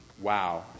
Wow